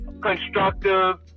constructive